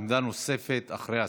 עמדה נוספת, אחרי השרה.